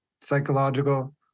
psychological